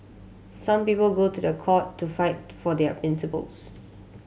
some people go to the court to fight for their principles